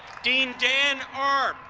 dean dan arp,